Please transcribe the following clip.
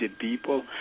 people